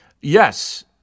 Yes